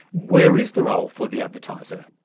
where is the role for the advertiser?